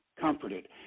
comforted